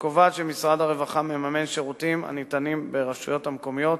שקובעת שמשרד הרווחה מממן שירותים הניתנים ברשויות המקומיות,